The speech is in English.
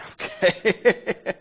Okay